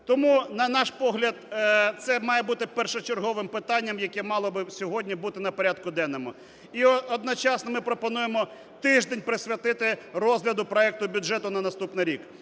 Тому, на наш погляд, це має бути першочерговим питанням, яке мало би сьогодні бути на порядку денному. І одночасно ми пропонуємо тиждень присвятити розгляду проекту бюджету на наступний рік,